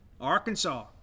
Arkansas